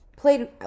played